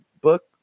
book